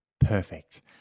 perfect